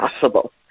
possible